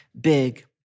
big